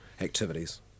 activities